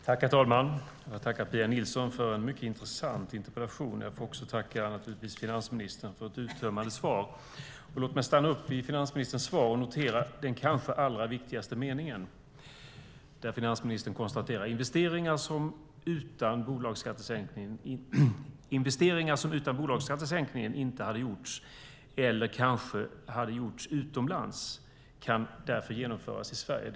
Herr talman! Jag tackar Pia Nilsson för en mycket intressant interpellation, och jag tackar finansministern för ett uttömmande svar. Låt mig notera den kanske viktigaste meningen i finansministerns svar: Investeringar som utan bolagsskattesänkningen inte hade gjorts eller kanske hade gjorts utomlands kan nu genomföras i Sverige.